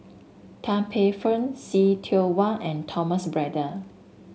Tan Paey Fern See Tiong Wah and Thomas Braddell